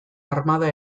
armada